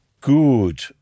good